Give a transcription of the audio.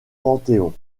panthéon